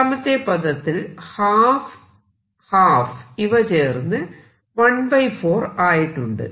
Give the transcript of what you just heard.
രണ്ടാമത്തെ പദത്തിൽ ½ ½ ഇവ ചേർന്ന് 1 4 ആയിട്ടുണ്ട്